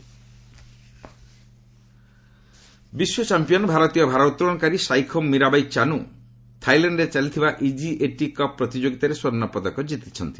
wait lifting ବିଶ୍ୱ champion ଭାରତୀୟ ଭାରଉତ୍ତୋଳନକାରୀ ସାଇଖୋମ୍ ମୀରାବାଇ ଚାନୁ ଥାଇଲାଣ୍ଡରେ ଚାଲିଥିବା ଇଜିଏଟି କପ୍ ପ୍ରତିଯୋଗିତାରେ ସ୍ୱର୍ଷ୍ଣ ପଦକ ଜିତିଛନ୍ତି